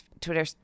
Twitter